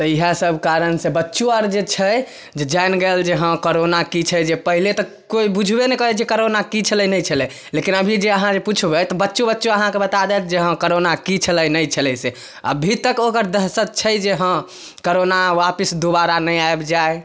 तऽ इहे सभ कारण से बच्चो आर जे छै जे जानि गेल जे हॅं कोरोना की छै जे पहिले तऽ कोइ बुझबे नहि करै कोरोना की छलै नहि छलै लेकिन अभी जे अहाँ जे पुछबै तऽ बच्चो बच्चो अहाँकेॅं बता देत जे हाँ कोरोना की छलै नहि छलै से अभी तक ओकर दहशत छै जे हाँ करोना वापिस दुबारा नइ आइब जाइ